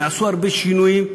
נעשו הרבה שינויים.